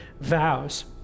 vows